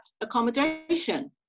accommodation